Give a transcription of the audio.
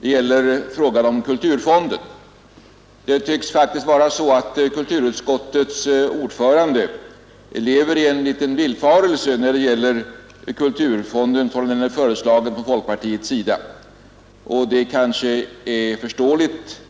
nämligen kulturfonden. Kulturutskottets ordförande tycks faktiskt leva i en liten villfarelse när det gäller kulturfonden, sådan den är föreslagen från folkpartiets sida. Det är kanske förståeligt.